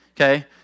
okay